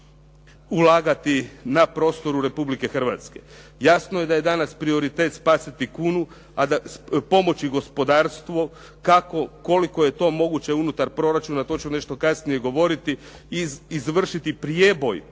ulagati na prostoru Republike Hrvatske. Jasno je da je danas prioritet spasiti kunu, a da pomoći gospodarstvo, kako, koliko je to moguće unutar proračuna, to ću nešto kasnije govoriti i izvršiti prijeboj